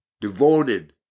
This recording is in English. devoted